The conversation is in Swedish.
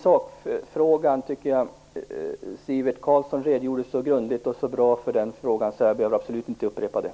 Sakfrågan tycker jag att Sivert Carlsson redogjorde för så grundligt och bra att jag absolut inte behöver upprepa det.